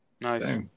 Nice